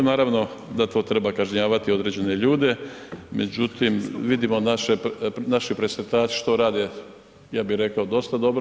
Naravno da to treba kažnjavati određene ljude, međutim, vidimo naše presretače što rade, ja bih rekao, dosta dobro.